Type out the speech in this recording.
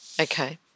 okay